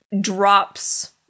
drops